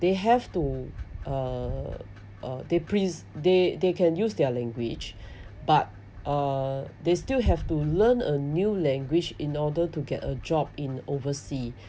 they have to uh they they they can use their language but uh they still have to learn a new language in order to get a job in oversea